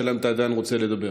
השאלה היא אם אתה עדיין רוצה לדבר.